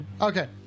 okay